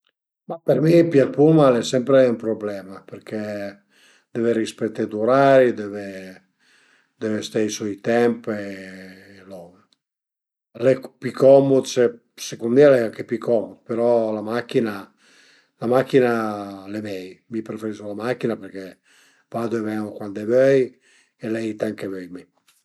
Ma për mi pìé ël pullman al e sempre ün prublema, deve ste a i soi temp e bon, al e pi comud secund mi al e pi anche pi comud, però la macchina, la macchina al e mei, mi preferisu la macchina perché vadu e ven-u cuand vöi e l'ai i temp che vöi mi